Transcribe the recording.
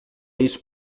isso